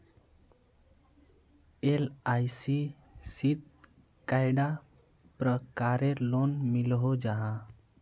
LIC शित कैडा प्रकारेर लोन मिलोहो जाहा?